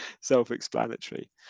self-explanatory